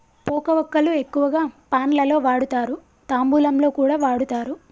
పోక వక్కలు ఎక్కువగా పాన్ లలో వాడుతారు, తాంబూలంలో కూడా వాడుతారు